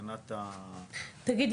תגיד,